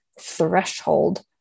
threshold